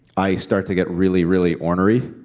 i start to get really, really ornery,